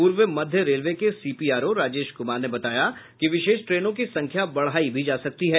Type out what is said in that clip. पूर्व मध्य रेलवे के सीपीआरओ राजेश कुमार ने बताया कि विशेष ट्रेनों की संख्या बढ़ायी भी जा सकती है